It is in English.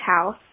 house